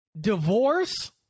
divorce